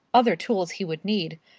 other tools he would need,